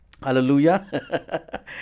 Hallelujah